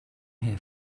here